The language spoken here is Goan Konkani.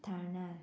थाण्यार